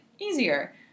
easier